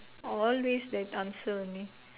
always that answer only